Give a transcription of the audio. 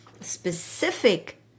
specific